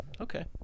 Okay